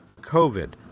COVID